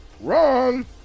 wrong